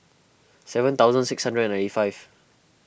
seven thousand six hundred and ninety five